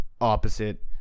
opposite